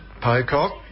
Pocock